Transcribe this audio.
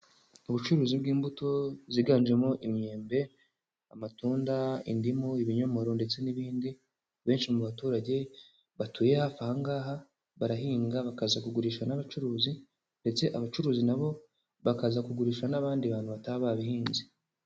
Ubucuruzi bw'imbuto, ziganjemo imyembe, amatunda, indimu, ibinyomoro, ndetse n'ibindi, benshi mu baturage batuye hafi aha ngaha, barahinga, bakaza kugurisha n'abacuruzi. Ndetse abacuruzi nabo, bakaza kugurisha n'abandi bantu bataba babihinze.